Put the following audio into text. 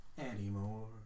Anymore